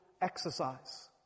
exercise